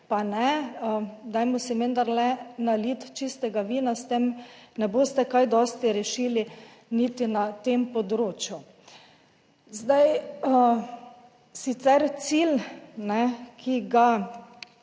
pa ne, dajmo si vendarle naliti čistega vina, s tem ne boste kaj dosti rešili niti na tem področju. Sicer cilj, ki ga